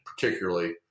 particularly